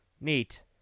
Neat